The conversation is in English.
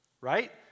right